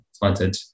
planted